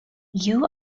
you